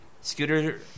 Scooter